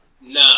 Nah